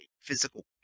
physical